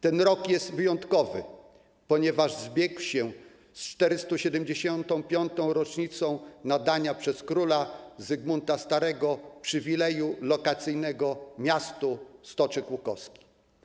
Ten rok jest wyjątkowy, ponieważ rocznica zbiegła się z 475. rocznicą nadania przez króla Zygmunta Starego przywileju lokacyjnego miastu Stoczek Łukowski.